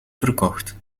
verkocht